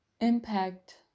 impact